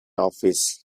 office